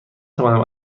توانم